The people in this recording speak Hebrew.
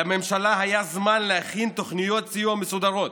לממשלה היה זמן להכין תוכניות סיוע מסודרות,